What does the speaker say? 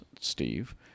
Steve